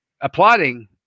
applauding